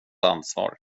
ansvar